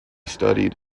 studied